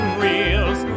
reels